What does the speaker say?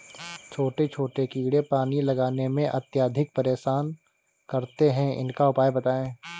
छोटे छोटे कीड़े पानी लगाने में अत्याधिक परेशान करते हैं इनका उपाय बताएं?